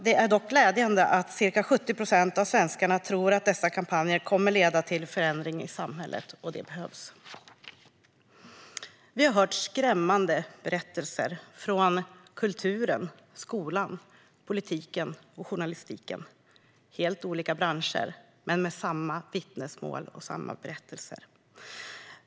Det är dock glädjande att ca 70 procent av svenskarna tror att dessa kampanjer kommer att leda till förändring i samhället. Det behövs. Vi har hört skrämmande berättelser från kulturen, skolan, politiken och journalistiken - helt olika branscher men med samma vittnesmål och samma berättelser.